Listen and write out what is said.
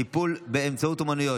טיפול באמצעות אומנויות),